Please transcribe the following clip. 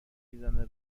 میزنه